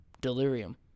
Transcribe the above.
Delirium